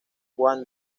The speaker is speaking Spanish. juan